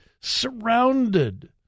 surrounded